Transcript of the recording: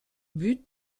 buts